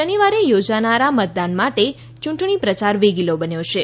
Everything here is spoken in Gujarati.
શનિવારે યોજાનારા મતદાન માટે ચૂંટણી પ્રચાર વેગીલો બન્યો છે